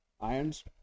irons